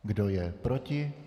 Kdo je proti?